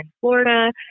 Florida